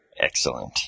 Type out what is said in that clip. Excellent